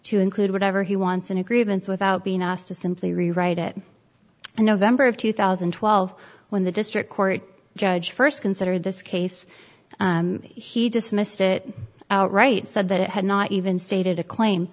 to include whatever he wants in a grievance without being asked to simply rewrite it and november of two thousand and twelve when the district court judge first considered this case he dismissed it outright said that it had not even stated a claim